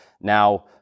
Now